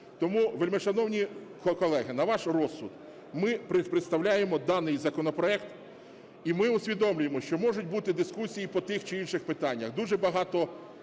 Тому, вельмишановні колеги, на ваш розсуд ми представляємо даний законопроект. І ми усвідомлюємо, що можуть бути дискусії по тих чи інших питаннях.